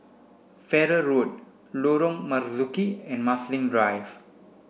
Farrer Road Lorong Marzuki and Marsiling Drive